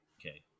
Okay